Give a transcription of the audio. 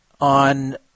on